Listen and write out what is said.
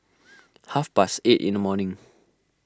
half past eight in the morning